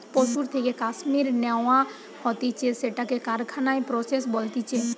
পশুর থেকে কাশ্মীর ন্যাওয়া হতিছে সেটাকে কারখানায় প্রসেস বলতিছে